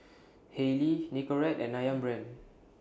Haylee Nicorette and Ayam Brand